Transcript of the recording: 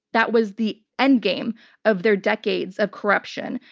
that was the end game of their decades of corruption,